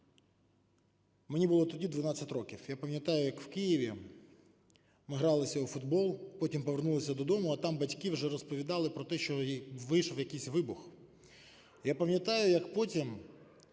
Мені було тоді 12 років. Я пам'ятаю, як в Києві ми гралися у футбол, потім повернулися додому, а там батьки вже розповідали про те, що вийшов якийсь вибух. Я пам'ятаю, як потім